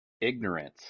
Ignorance